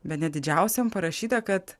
bene didžiausiam parašyta kad